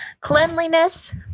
cleanliness